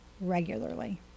regularly